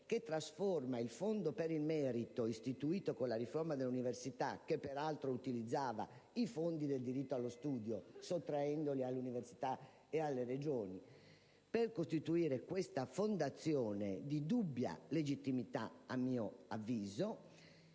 Si trasforma così il fondo per il merito, istituito con la riforma dell'università, che peraltro utilizzava i fondi del diritto allo studio sottraendoli alle università e alle Regioni, per costituire questa fondazione - a mio avviso